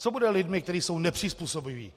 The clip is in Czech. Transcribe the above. Co bude s lidmi, kteří jsou nepřizpůsobiví?